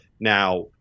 now